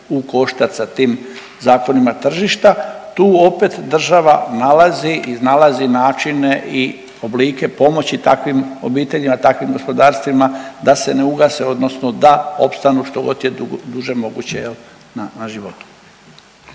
ukoštac sa tim zakonima tržišta. Tu opet država nalazi, iznalazi načine i oblike pomoći takvim obiteljima, takvim gospodarstvima da se ne ugase odnosno da opstanu, što god je duže moguće, je li, na životu.